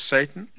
Satan